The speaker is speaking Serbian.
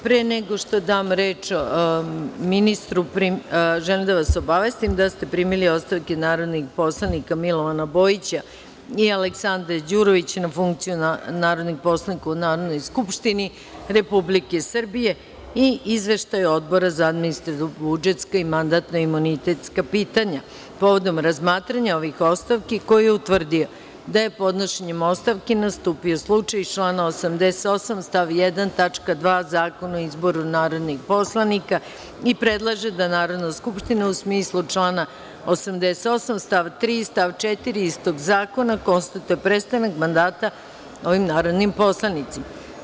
Pre nego što dam reč ministru, želim da vas obavestim da ste primili ostavke narodnih poslanika prof. dr Milovana Bojića i Aleksandre Đurović na funkciju narodnih poslanika u Narodnoj skupštini Republike Srbije i Izveštaj Odbora za administrativno-budžetska i mandatno-imunitetska pitanja Narodne skupštine povodom razmatranja ovih ostavki, koji je utvrdio da je podnošenjem ostavki nastupio slučaj iz člana 88. stav 1. tačka 2) Zakona o izboru narodnih poslanika i predlaže da Narodna skupština, u smislu člana 88. st. 3. i 4. istog zakona, konstatuje prestanak mandata ovim narodnim poslanicima.